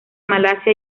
malasia